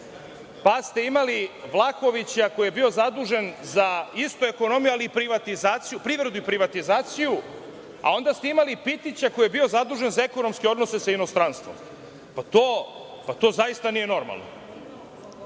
pa ste imali Vlahovića koji je bio zadužen za istu ekonomiju, ali privatizaciju, privredu i privatizaciju, a onda ste imali Pitića koji je bio zadužen za ekonomske odnose sa inostranstvom. To zaista nije normalno. Danas